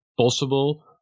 possible